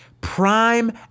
prime